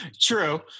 true